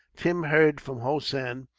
tim heard from hossein,